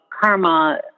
karma